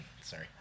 Sorry